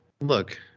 look